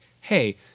hey